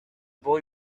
boy